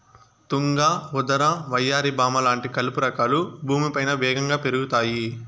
తుంగ, ఉదర, వయ్యారి భామ లాంటి కలుపు రకాలు భూమిపైన వేగంగా పెరుగుతాయి